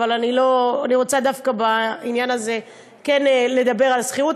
אבל אני רוצה דווקא בעניין הזה כן לדבר על שכירות.